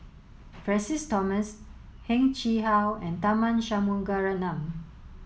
Francis Thomas Heng Chee How and Tharman Shanmugaratnam